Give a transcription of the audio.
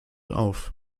auf